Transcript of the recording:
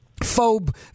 Phobe